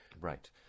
Right